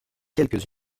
quelques